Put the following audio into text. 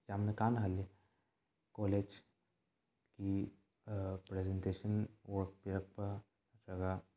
ꯌꯥꯝꯅ ꯀꯥꯟꯅꯍꯜꯂꯤ ꯀꯣꯂꯦꯖꯀꯤ ꯄ꯭ꯔꯖꯦꯟꯇꯦꯁꯟ ꯋꯥꯔꯛ ꯄꯤꯔꯛꯄ ꯅꯠꯇ꯭ꯔꯒ